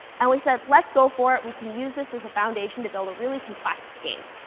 and we said, let's go for it. we can use this as a foundation to build a really complex game.